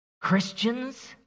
Christians